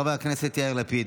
חברי הכנסת יאיר לפיד,